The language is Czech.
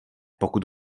pokud